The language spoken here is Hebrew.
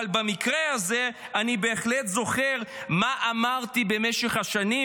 אבל במקרה הזה אני בהחלט זוכר מה אמרתי במשך השנים,